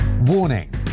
Warning